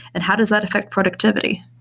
and how does that affect productivity?